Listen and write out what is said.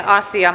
asia